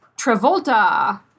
Travolta